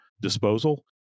disposal